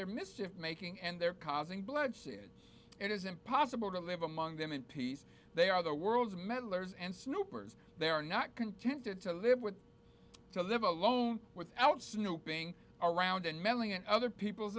their mischief making and their causing bloodshed it is impossible to live among them in peace they are the world's meddlers and snoopers they are not contented to live with to live alone without snooping around and meddling in other people's